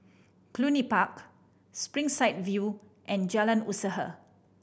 Cluny Park Springside View and Jalan Usaha